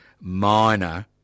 minor